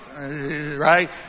right